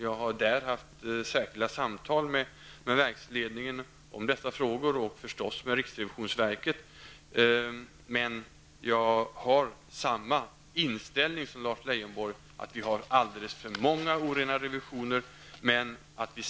Jag har haft särskilda samtal med verksledningen och riksrevisionsverket om dessa frågor. Men jag har samma inställning som Lars Leijonborg när det gäller att vi har alldeles för många orena revisioner.